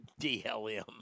DLM